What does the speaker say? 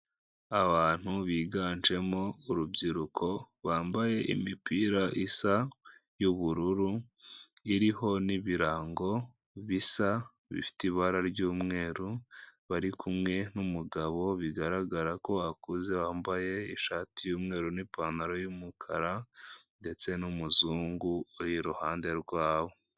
Abantu biganjemo urubyiruko bambaye imipira isa y'ubururu iriho n'ibirango bisa bifite ibara ry'umweru barikumwe n'umugabo bigaragara ko akuze wambaye ishati y'umweru ni ipantaro y'umukara ndetse n'umuzungu iruhande rwabo.